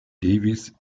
davis